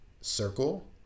circle